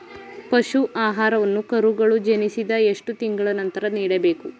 ಪಶು ಆಹಾರವನ್ನು ಕರುಗಳು ಜನಿಸಿದ ಎಷ್ಟು ತಿಂಗಳ ನಂತರ ನೀಡಬೇಕು?